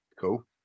Cool